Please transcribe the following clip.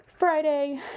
Friday